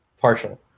partial